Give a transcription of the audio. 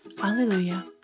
Hallelujah